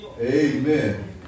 amen